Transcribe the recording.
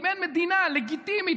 אם אין מדינה לגיטימית,